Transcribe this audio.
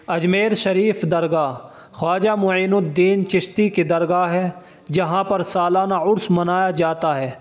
اجمیر شریف درگاہ خواجہ معین الدین چشتی کی درگاہ ہے جہاں پر سالانہ عرس منایا جاتا ہے